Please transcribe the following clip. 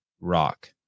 rock